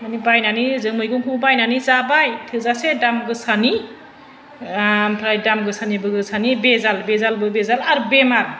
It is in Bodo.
मानि बायनानै ओजों मैगंखौ बायनानै जाबाय थोजासे दाम गोसानि ओमफ्राय दाम गोसानिबो गोसानि बेजाल बेजालबो बेजाल आरो बेमार